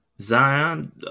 Zion